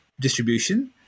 distribution